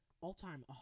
All-time